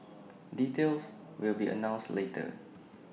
details will be announced later